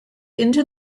into